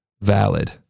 valid